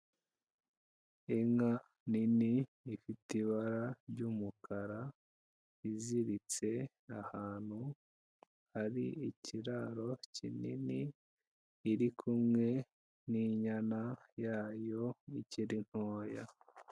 Inka nini ifite ibara ry'umukara, iziritse ahantu hari ikiraro kinini, iri kumwe n'inyana yayo ikiri ntoya.